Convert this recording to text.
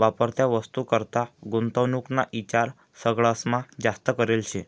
वापरत्या वस्तूनीकरता गुंतवणूक ना ईचार सगळास्मा जास्त करेल शे